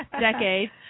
decades